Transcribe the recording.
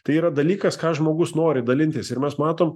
tai yra dalykas ką žmogus nori dalintis ir mes matom